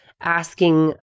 asking